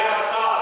סגן השר,